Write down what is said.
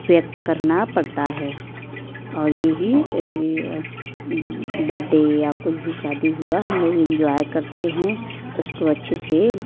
व्यक्त करना पड़ता है और यही बड्डे या कुछ भी शादी हुआ हम लोग इन्जॉय करते हैं उसको अच्छे से